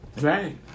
Right